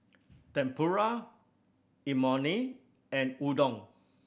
Tempura Imoni and Udon